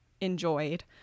enjoyed